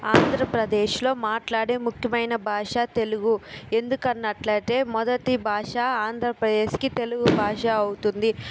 ఆంధ్రప్రదేశ్లో మాట్లాడే ముఖ్యమైన భాష తెలుగు ఎందుకు అన్నట్లు అయితే మొదటి భాష ఆంధ్రప్రదేశ్కి తెలుగు భాష అవుతుంది